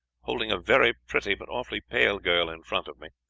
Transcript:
holding a very pretty but awfully pale girl in front of me.